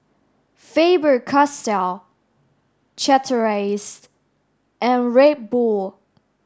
Faber Castell Chateraise and Red Bull